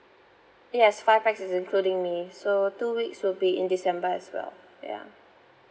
yes five pax is including me so two weeks will be in december as well ya